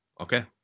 Okay